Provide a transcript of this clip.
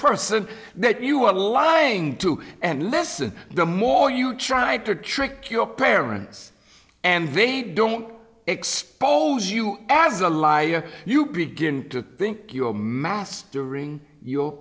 person that you are lying to and lessen the more you try to trick your parents and they don't expose you as a lie you begin to think you're mastering your